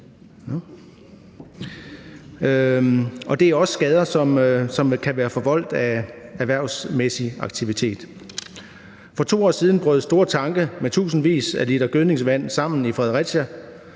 og det er også skader, som kan være forvoldt af erhvervsmæssig aktivitet. For 2 år siden brød store tanke med tusindvis af liter gødningsvand sammen i Fredericia,